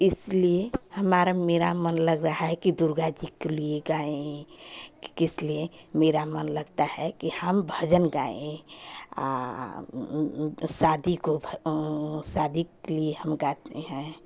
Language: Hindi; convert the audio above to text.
इसलिए हमारा मेरा मन लग रहा है कि दुर्गा जी के लिए गाएँ कि किस लिए मेरा मन लगता है कि हम भजन गाएँ और शादी को शादी के लिए हम गाते हैं